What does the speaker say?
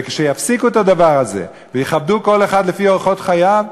וכשיפסיקו את הדבר הזה ויכבדו כל אחד לפי אורחות חייו,